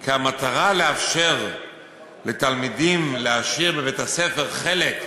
כי המטרה היא לאפשר לתלמידים להשאיר בבית-הספר חלק,